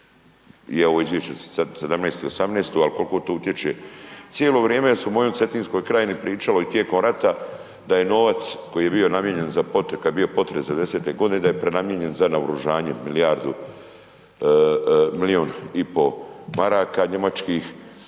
i ovo izvješće je sad za '17. i '18. tu ali koliko to utječe cijelo vrijeme jer se u mojoj Cetinskoj krajini pričalo i tijekom rata da je novac koji je bio namijenjen za potres, kada je bio potres '90.-te godine da je prenamijenjen za naoružanje milijardu, milijun i pol maraka njemačkih